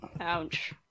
Ouch